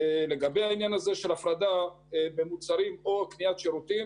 לגבי הפרדה במוצרים או קניית שירותים